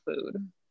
food